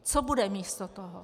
Co bude místo toho?